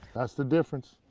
that's the difference.